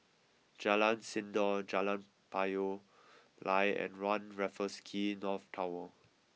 Jalan Sindor Jalan Payoh Lai and One Raffles Quay North Tower